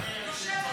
אדוני היושב בראש.